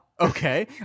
Okay